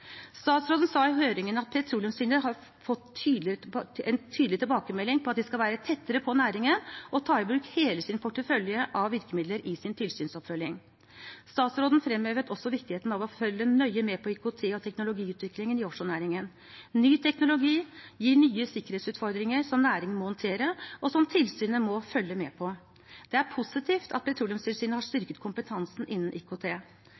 Statsråden sa i høringen at Petroleumstilsynet har fått en tydelig tilbakemelding om at de skal være tettere på næringen og ta i bruk hele sin portefølje av virkemidler i sin tilsynsoppfølging. Statsråden fremhevet også viktigheten av å følge nøye med på IKT- og teknologiutviklingen i offshorenæringen. Ny teknologi gir nye sikkerhetsutfordringer, som næringen må håndtere, og som tilsynet må følge med på. Det er positivt at Petroleumstilsynet har styrket kompetansen innenfor IKT.